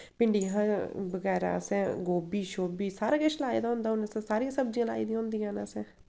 भिंडियां हां बगैरा असें गोभी शोभी सारा किश लाए दा होंदा हुन असें सारियां सब्जियां लाई दियां होंदियां न असें